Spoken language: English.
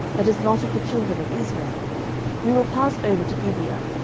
that is not of the children of israel we will pass over to gibeah.